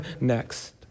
next